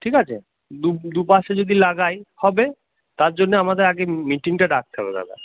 ঠিক আছে দু দুপাশে যদি লাগাই হবে তার জন্যে আমাদের আগে মিটিংটা ডাকতে হবে দাদা